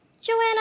Joanna